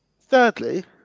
thirdly